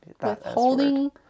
withholding